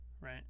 right